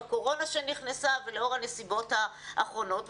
הקורונה שנכנסה ולאור הנסיבות האחרות,